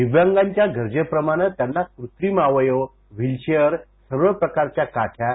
दिव्यांगांच्या गरजेप्रमाणं त्यांना कृत्रिम अवयव व्हीलचेअर सर्व प्रकारच्या काठया सी